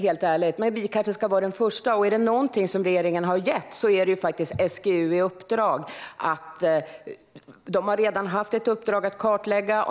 Helt ärligt vet jag inte det. Men vi kanske ska vara det första. SGU har haft ett uppdrag från regeringen att kartlägga.